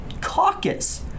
caucus